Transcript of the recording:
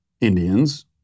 Indians